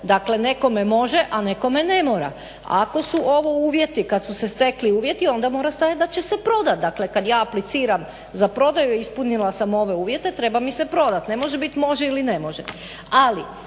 Dakle, nekome može, a nekome ne mora. Ako su ovo uvjeti, kad su se stekli uvjeti onda mora stajati da će se prodati. Dakle, kad ja apliciram za prodaju i ispunila sam ove uvjete treba mi se prodati. Ne može biti može ili ne može.